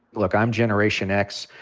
look, i'm generation x.